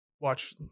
watch